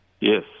Yes